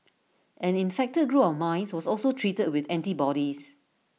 an infected group of mice was also treated with antibodies